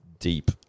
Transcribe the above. deep